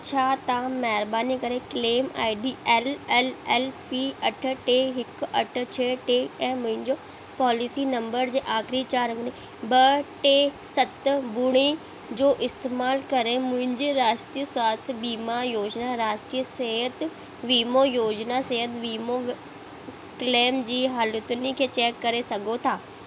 छा तव्हां महिरबानी करे claim I D L L L P अठ टे हिकु अठ छह टे ऐं मुंहिंजो पॉलिसी नंबर जे आख़िरी चार अंग ॿ टे सत ॿुड़ी जो इस्तेमालु करे मुंहिंजे राष्ट्रीय स्वाथ्य बीमा योजना राष्ट्रीय सिहत वीमो योजना सिहत वीमो क्लेम जी हालतुनि खे चैक करे सघो था